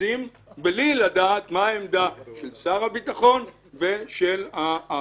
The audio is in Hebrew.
חפוזים בלי לדעת מה העמדה של שר הביטחון המכהן